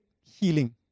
healing